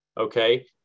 Okay